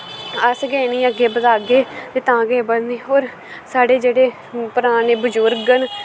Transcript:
अस गै इनें ईअग्गैं बधागे तां गै एह् बधने और साढ़े जेह्ड़े पराने बजुर्ग न